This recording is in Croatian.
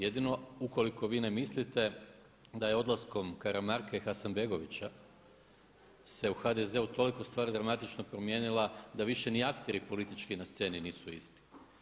Jedino ukoliko vi ne mislite da je odlaskom Karamarka i Hasanbegovića se u HDZ-u toliko stvar dramatično promijenila da više ni akteri politički na sceni nisu isti.